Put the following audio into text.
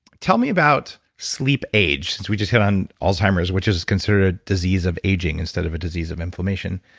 tell me about sleep age, since we just hit on alzheimer's, which is considered a disease of aging instead of a disease of inflammation.